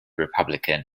republican